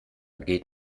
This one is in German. geht